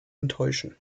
enttäuschen